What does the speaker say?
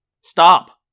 Stop